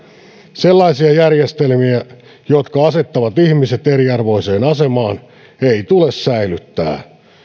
sellaisia järjestelmiä jotka asettavat ihmiset eriarvoiseen asemaan ei tule säilyttää